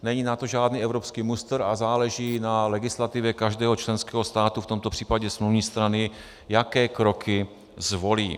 Není na to žádný evropský mustr a záleží na legislativě každého členského státu, v tomto případě smluvní strany, jaké kroky zvolí.